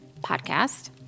Podcast